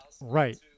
right